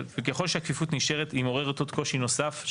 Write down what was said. אבל ככל שהכפיפות נשארת, היא מעוררת קושי נוסף.